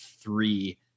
three